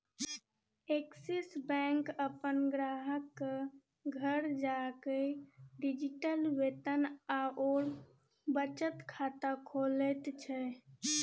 axis Bank अपन ग्राहकक घर जाकए डिजिटल वेतन आओर बचत खाता खोलैत छै